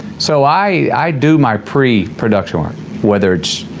so, i do my pre-production work whether it's